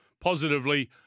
positively